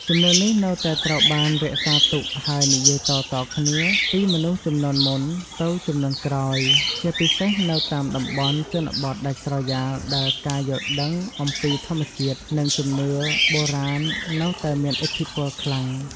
ជំនឿនេះនៅតែត្រូវបានរក្សាទុក ហើយនិយាយតៗគ្នាពីមនុស្សជំនាន់មុនទៅជំនាន់ក្រោយ ជាពិសេសនៅតាមតំបន់ជនបទដាច់ស្រយាលដែលការយល់ដឹងអំពីធម្មជាតិ និងជំនឿបុរាណនៅតែមានឥទ្ធិពលខ្លាំង។